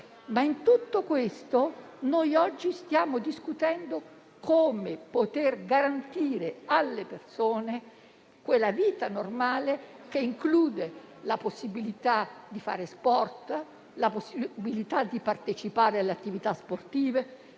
con i monoclonali. Noi oggi stiamo discutendo come poter garantire alle persone quella vita normale, che include la possibilità di fare sport e di partecipare alle attività sportive,